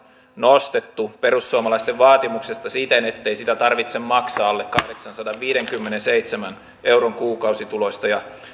nostettu perussuomalaisten vaatimuksesta siten ettei sitä tarvitse maksaa alle kahdeksansadanviidenkymmenenseitsemän euron kuukausituloista